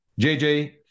JJ